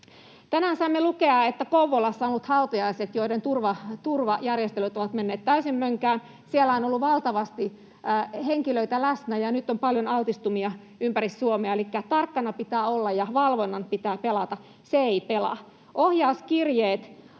Tänään saimme lukea, että Kouvolassa ovat olleet hautajaiset, joiden turvajärjestelyt ovat menneet täysin mönkään. Siellä on ollut valtavasti henkilöitä läsnä, ja nyt on paljon altistumia ympäri Suomea. Elikkä tarkkana pitää olla, ja valvonnan pitää pelata. Se ei pelaa. Ohjauskirjeet